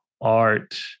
art